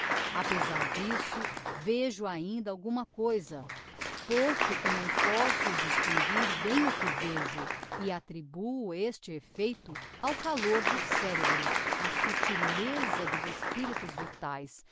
apesar d'isso vejo ainda alguma coisa postoque não posso distinguir bem o que vejo e attribuo este effeito ao calor do cerebro á subtileza dos espiritos vitaes